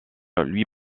louis